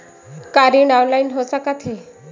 का ऋण ऑनलाइन हो सकत हे?